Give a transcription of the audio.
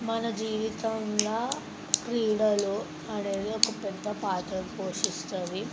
మన జీవితంలో క్రీడలు అనేది ఒక పెద్ద పాత్రని పోషిస్తుంది